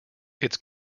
its